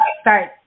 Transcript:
start